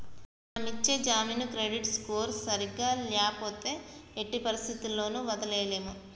మనం ఇచ్చే జామీను క్రెడిట్ స్కోర్ సరిగ్గా ల్యాపోతే ఎట్టి పరిస్థతుల్లోను వదలలేము